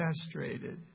castrated